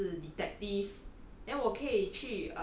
err err 如果我是 detective